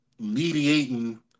mediating